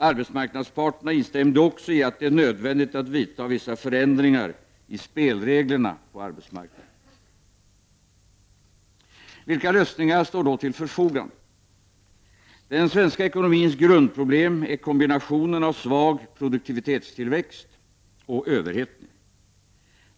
Arbetsmarknadsparterna instämde också i att det är nödvändigt att vidta vissa förändringar i fråga om spelreglerna på arbetsmarknaden. Vilka lösningar står då till förfogande? Den svenska ekonomins grundproblem är kombinationen av svag produktivitetstillväxt och överhettning.